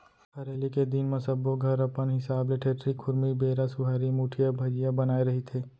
हरेली के दिन म सब्बो घर अपन हिसाब ले ठेठरी, खुरमी, बेरा, सुहारी, मुठिया, भजिया बनाए रहिथे